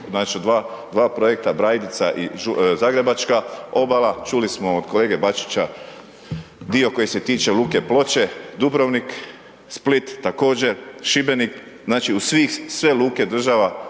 znači, dva projekta Brajdica i zagrebačka obala, čuli smo od kolege Bačića dio koji se tiče luke Ploče, Dubrovnik, Split također, Šibenik, znači, u sve luke država